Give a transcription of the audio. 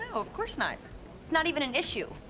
of course not. it's not even an issue.